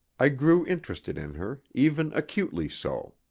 i grew interested in her, even acutely so.